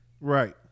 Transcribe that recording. right